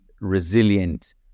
resilient